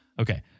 okay